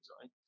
right